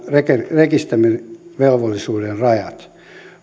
rekisteröimisvelvollisuuden rajat